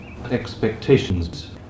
expectations